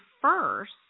first